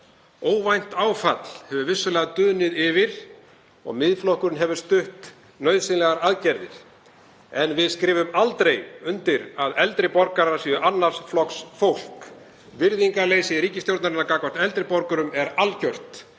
Óvænt áfall hefur vissulega dunið yfir og Miðflokkurinn hefur stutt nauðsynlegar aðgerðir en við skrifum aldrei undir að eldri borgarar séu annars flokks fólk. Virðingarleysi ríkisstjórnarinnar gagnvart eldri borgurum er algjört.